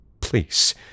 Please